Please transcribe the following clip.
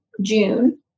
June